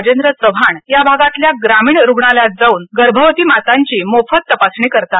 राजेंद्र चव्हाण या भागातल्या ग्रामीण रूग्णालयात जाऊन गर्भवती मातांची मोफत तपासणी करतात